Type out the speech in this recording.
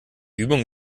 übung